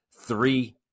three